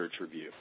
review